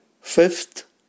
Fifth